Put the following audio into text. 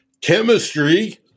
chemistry